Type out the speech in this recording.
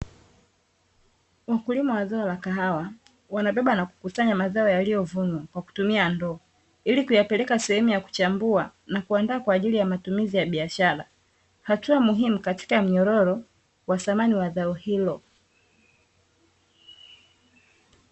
Wakulima wa zao la kahawa, wanabeba na kukusanya mazao yaliyovunwa kwa kutumia ndoo. Ili kuyapeleka sehemu ya kuchambua, na kuandaa kwa ajili ya matumizi ya biashara. Hatua muhimu katika mnyororo wa thamani wa zao hilo.